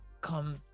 come